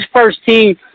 first-team